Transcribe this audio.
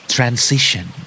Transition